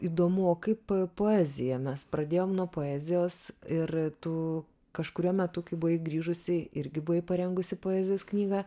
įdomu o kaip poeziją mes pradėjom nuo poezijos ir tu kažkuriuo metu kai buvai grįžusi irgi buvai parengusi poezijos knygą